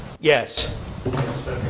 Yes